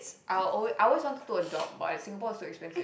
I'll always I always wanted to do adopt but like Singapore is too expensive